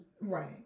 Right